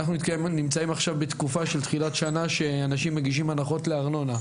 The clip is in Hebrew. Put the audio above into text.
אנחנו נמצאים עכשיו בתקופה של תחילת שנה שאנשים מגישים הנחות לארנונה.